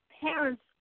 parents